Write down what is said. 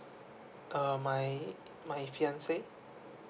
um my my fiance